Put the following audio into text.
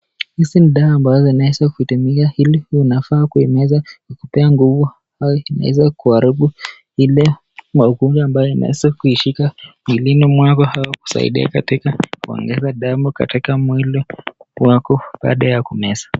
Hizi ni dawa ambazo unaeza kuzitumia ili huwainafaa kuimeza iliikupee nguvu au inaeza kuharibu ile maugumu inaeza kuishika katika mwili mwako ama inakusaidia katika kuongaza damu katika mwili wako baada ya kumeza.